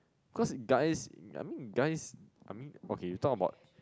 cause guys I mean guys I mean okay you talk about